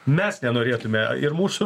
mes nenorėtume ir mūsų